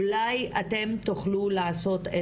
אולי אתם תוכלו לעשות,